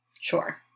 Sure